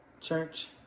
church